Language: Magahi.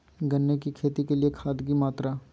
गन्ने की खेती के लिए खाद की मात्रा?